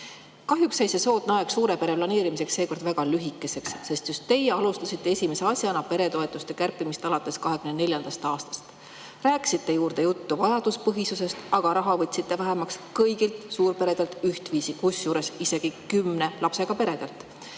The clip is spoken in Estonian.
jäi see soodne aeg suure pere planeerimiseks seekord väga lühikeseks, sest just teie alustasite esimese asjana peretoetuste kärpimist alates 2024. aastast. Rääkisite juurde juttu vajaduspõhisusest, aga raha võtsite vähemaks kõigilt suurperedelt ühtviisi, kusjuures isegi kümne lapsega peredelt.